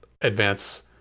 advance